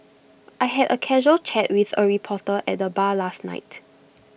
I had A casual chat with A reporter at the bar last night